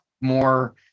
more